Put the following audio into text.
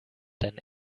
deinen